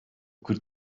kırk